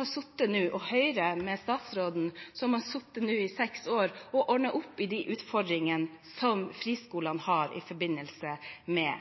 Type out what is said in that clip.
har sittet i seks år – med statsråd fra Høyre – som har ansvar for å ordne opp i de utfordringene som friskolene har i forbindelse med